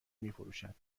میفروشد